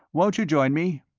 won't you join me?